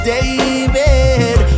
David